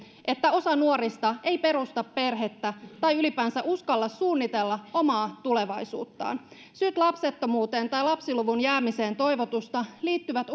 että osa nuorista ei perusta perhettä tai ylipäänsä uskalla suunnitella omaa tulevaisuuttaan syyt lapsettomuuteen tai lapsiluvun jäämiseen toivotusta liittyvät